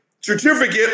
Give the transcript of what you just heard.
certificate